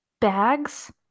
bags